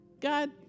God